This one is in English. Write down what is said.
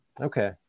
Okay